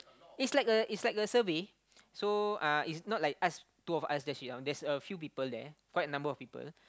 it's like a it's like a survey so uh it's not like ask two of us just sit down there's a few people there quite a number of people